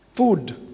food